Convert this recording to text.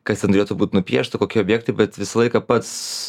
kas ten turėtų būt nupiešta kokie objektai bet visą laiką pats